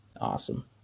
awesome